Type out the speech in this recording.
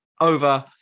over